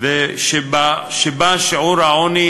ושיעור העוני